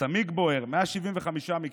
צמיג בוער, 175 מקרים.